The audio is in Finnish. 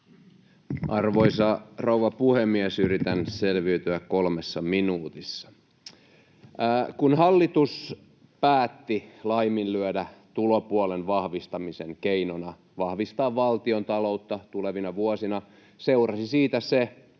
Arvoisa rouva puhemies! Yritän selviytyä kolmessa minuutissa. Kun hallitus päätti laiminlyödä tulopuolen vahvistamisen keinona vahvistaa valtiontaloutta tulevina vuosina, seurasi siitä se,